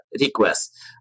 requests